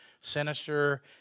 Sinister